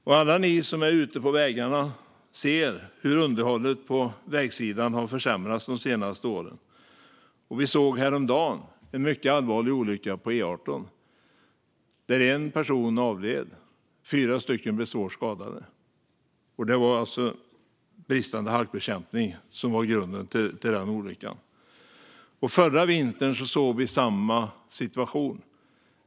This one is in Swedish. Och alla ni som är ute på vägarna ser hur underhållet på vägsidan har försämrats de senaste åren. Vi såg häromdagen en mycket allvarlig olycka på E18, där en person avled och fyra blev svårt skadade. Det var alltså bristande halkbekämpning som var grunden till den olyckan. Förra vintern såg vi samma situation.